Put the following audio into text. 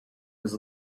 was